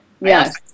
Yes